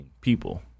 people